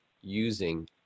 using